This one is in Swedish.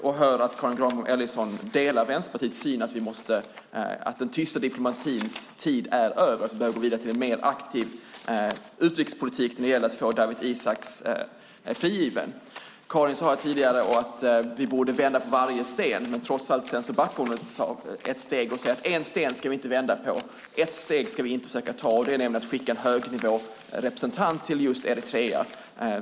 Jag märker att Karin Granbom Ellison delar Vänsterpartiets syn. Den tysta diplomatins tid är över. Vi behöver gå vidare och gå över till en mer aktiv utrikespolitik när det gäller att få Dawit Isaac frigiven. Karin sade här tidigare att vi borde vända på varje sten. Trots allt backar hon sedan ett steg och säger att en sten ska vi inte vända på, ett steg ska vi inte försöka ta, nämligen att skicka en högnivårepresentant till Eritrea.